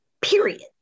period